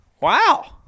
wow